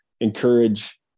encourage